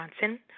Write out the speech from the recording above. Johnson